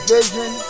Vision